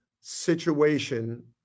situation